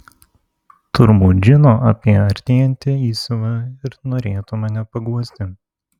turbūt žino apie artėjantį įsiuvą ir norėtų mane paguosti